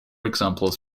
examples